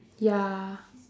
ya